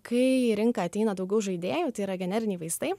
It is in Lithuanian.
kai į rinką ateina daugiau žaidėjų tai yra generiniai vaistai